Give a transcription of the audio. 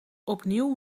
opnieuw